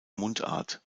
mundart